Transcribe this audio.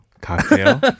Cocktail